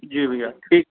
जी भईया ठीकु